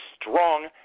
strong